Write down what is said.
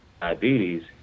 diabetes